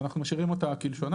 ואנחנו משאירים אותה כלשונה,